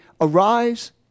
arise